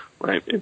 Right